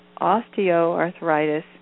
osteoarthritis